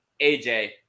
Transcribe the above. AJ